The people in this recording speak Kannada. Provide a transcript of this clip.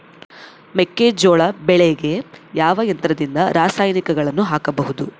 ಮೆಕ್ಕೆಜೋಳ ಬೆಳೆಗೆ ಯಾವ ಯಂತ್ರದಿಂದ ರಾಸಾಯನಿಕಗಳನ್ನು ಹಾಕಬಹುದು?